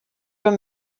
were